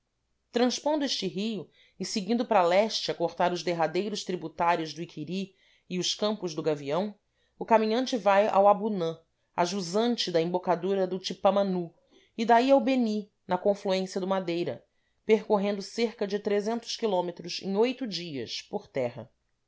transpondo este rio e seguindo para leste a cortar os derradeiros tributários do iquiri e os campos do gavião o caminhante vai ao abunã a jusante da embocadura do tipamanu e daí ao beni na confluência do madeira percorrendo cerca de km em oito dias por terra